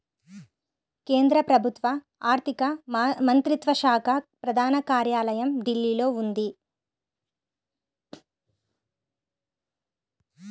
కేంద్ర ప్రభుత్వ ఆర్ధిక మంత్రిత్వ శాఖ ప్రధాన కార్యాలయం ఢిల్లీలో ఉంది